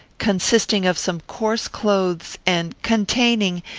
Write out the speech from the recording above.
consisting of some coarse clothes, and containing,